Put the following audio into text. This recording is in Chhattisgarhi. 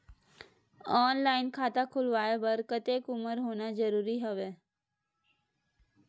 ऑनलाइन खाता खुलवाय बर कतेक उमर होना जरूरी हवय?